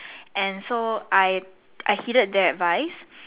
and so I I headed that advice